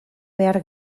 behar